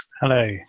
Hello